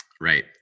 Right